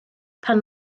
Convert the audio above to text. pan